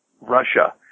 Russia